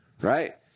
Right